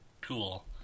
Cool